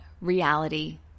reality